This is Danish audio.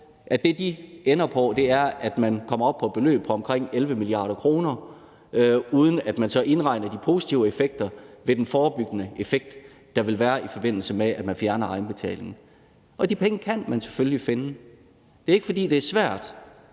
at det, de ender på, er, at man kommer op på et beløb på omkring 11 mia. kr., uden at man så indregner de positive effekter ved den forebyggende effekt, der vil være, i forbindelse med at man fjerner egenbetalingen. De penge kan man selvfølgelig finde. Det er ikke, fordi det er svært.